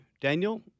Daniel